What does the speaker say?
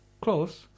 close